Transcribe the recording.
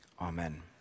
Amen